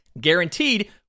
guaranteed